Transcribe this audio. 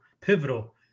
pivotal